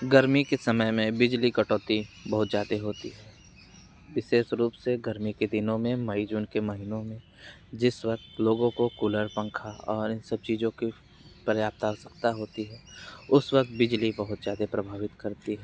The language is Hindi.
गर्मी के समय में बिजली कटौती बहुत ज़्यादा होती है विशेष रूप से गर्मी के दिनों में मई जून के महीनों में जिस वक्त लोगों को कूलर पंखा और इन सब चीज़ों के पर्याप्त आवश्यकता होती है उस वक्त बिजली बहुत ज़्यादे प्रभावित करती है